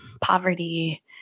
poverty